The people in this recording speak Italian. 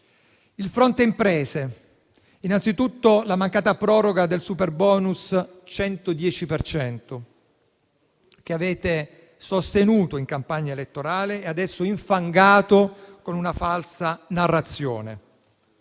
Sul fronte imprese, c’è innanzitutto la mancata proroga del superbonus 110 per cento, che avete sostenuto in campagna elettorale e adesso infangato con una falsa narrazione